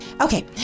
Okay